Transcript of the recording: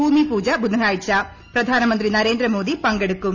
ഭൂമിപൂജ ബുധനാഴ്ച പ്രധാനമന്ത്രി നരേന്ദ്രമോദി പങ്കെടുക്കും